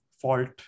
fault